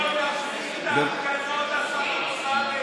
השר אמסלם.